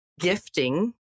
gifting